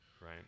right